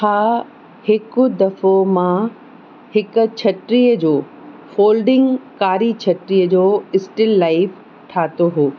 हा हिकु दफ़ो मां हिकु छटीह जो फोल्डिंग कारी छट्रीअ जो स्टिल लाइफ ठाहियो हुओ